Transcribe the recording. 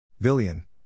billion